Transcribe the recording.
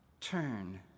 Turn